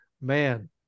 man